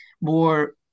more